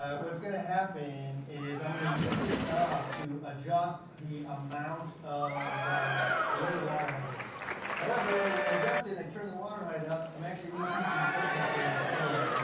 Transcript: ah what's gonna happen is i'm gonna use this knob to adjust the amount of where the water height is however, when i adjust it and i turn the water height up, i'm actually increasing head pressure in the pump,